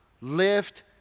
Lift